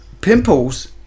pimples